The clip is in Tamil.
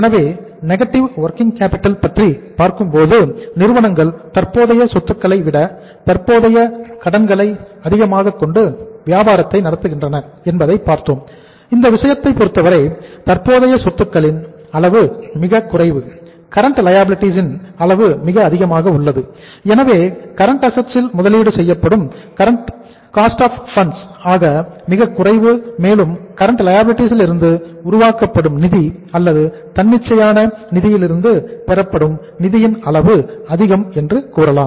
எனவே நெகட்டிவ் வொர்கிங் கேப்பிட்டல் லிருந்து உருவாக்கப்படும் நிதி அல்லது தன்னிச்சையான நிதியிலிருந்து பெறப்படும் நிதியின் அளவு அதிகம் என்று கூறலாம்